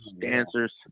dancers